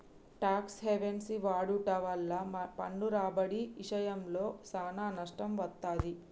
talks havens వాడుట వల్ల పన్ను రాబడి ఇశయంలో సానా నష్టం వత్తది